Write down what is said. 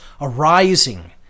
arising